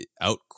out